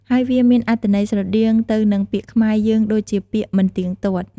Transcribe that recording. ហើយវាមានអត្ថន័យស្រដៀងទៅនឹងពាក្យខ្មែរយើងដូចជាពាក្យ មិនទៀងទាត់។